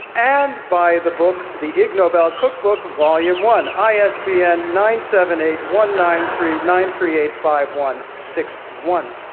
and by the book the ig nobel cookbook volume one, isbn nine seven eight one nine three nine three eight five one six one.